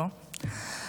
לא,